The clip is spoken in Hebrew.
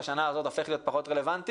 בשנה הזאת הופך להיות פחות רלוונטי.